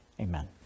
amen